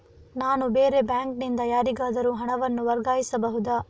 ನಾನು ಬೇರೆ ಬ್ಯಾಂಕ್ ನಿಂದ ಯಾರಿಗಾದರೂ ಹಣವನ್ನು ವರ್ಗಾಯಿಸಬಹುದ?